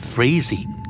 Freezing